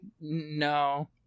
No